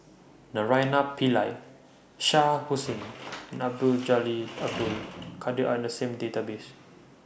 Naraina Pillai Shah Hussain Abdul Jalil Abdul Kadir Are in The same Database